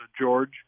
George